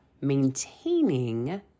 maintaining